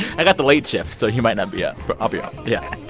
i got the late shift, so you might not be up but i'll be up yeah.